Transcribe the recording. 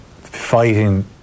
fighting